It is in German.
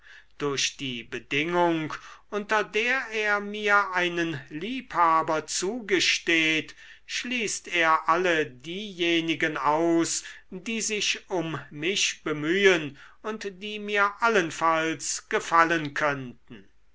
durch die bedingung unter der er mir einen liebhaber zugesteht schließt er alle diejenigen aus die sich um mich bemühen und die mir allenfalls gefallen könnten